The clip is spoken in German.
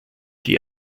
die